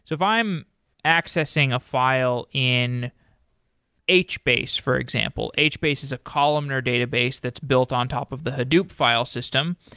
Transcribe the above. so if i'm accessing a file in hbase, for example hbase is a columnar database that's built on top of the hadoop file system.